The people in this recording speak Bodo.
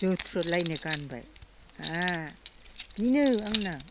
जोथ्रोदलायनाय गानबाय बा बिनो आंना